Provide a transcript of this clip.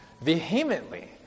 Vehemently